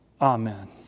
Amen